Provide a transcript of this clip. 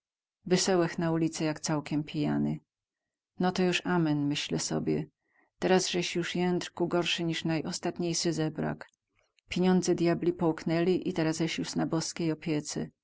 wysełech na ulicę jak całkem pijany no to juz amen myślę sobie teraz eś juz jędrku gorsy niz najostatniejsy zebrak piniądze djabli połknęli i teraześ juz na boskiej opiece